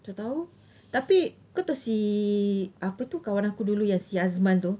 tak tahu tapi kau tahu si apa tu kawan aku dulu yang si azman tu